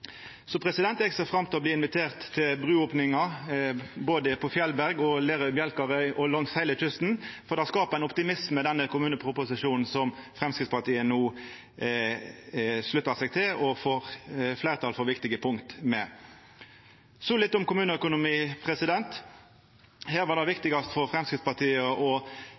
Så eg ser fram til å bli invitert til bruopninga både på Fjelberg, Lerøy–Bjelkarøy og langs heile kysten. Denne kommuneproposisjonen, som Framstegspartiet no sluttar seg til og får fleirtal på viktige punkt med, skapar optimisme. Så litt om kommuneøkonomi: Her var det viktigast for Framstegspartiet å